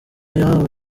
yahawe